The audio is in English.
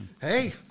Hey